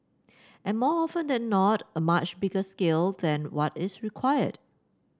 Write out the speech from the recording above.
and more often than not a much bigger scale than what is required